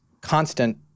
constant